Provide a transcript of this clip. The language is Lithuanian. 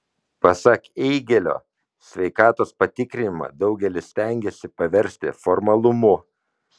pasak eigėlio sveikatos patikrinimą daugelis stengiasi paversti formalumu